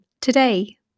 today